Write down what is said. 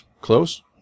close